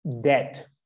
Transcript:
debt